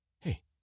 Hey